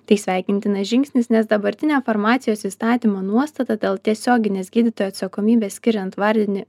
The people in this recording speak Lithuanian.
tai sveikintinas žingsnis nes dabartinė farmacijos įstatymo nuostata dėl tiesioginės gydytojo atsakomybės skiriant vardinį